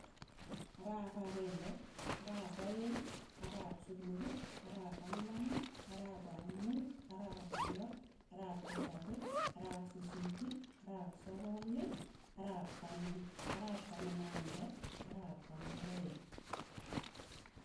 Arap ageng'e, arap aeng', arap somok, arap angwan, arapa muut, arap loo, arap tisapii, arap sisiiti, arap sokol, arap taman arap ak ageng'e arap taman ak taman aeng.